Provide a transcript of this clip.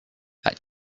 that